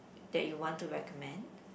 that you want to recommend